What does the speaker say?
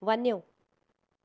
वञो